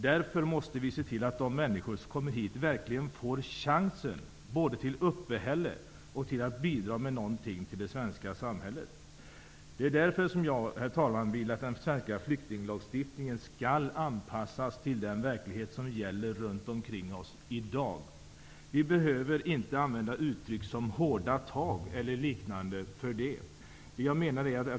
Därför måste vi se till att de människor som kommer hit verkligen får chansen både till uppehälle och till att bidra med någonting till det svenska samhället. Därför vill jag att den svenska flyktinglagstiftningen skall anpassas till den verklighet som gäller runt omkring oss i dag. Vi behöver inte använda uttryck såsom ''hårda tag'' eller liknande.